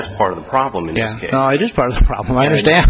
that's part of the problem and yes i just part of the problem i understand